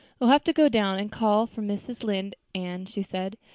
you'll have to go down and call for mrs. lynde, anne, she said.